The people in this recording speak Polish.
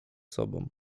sobą